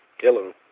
Hello